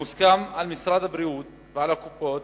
המוסכם על משרד הבריאות ועל הקופות,